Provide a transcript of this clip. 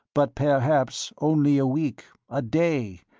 but perhaps only a week, a day,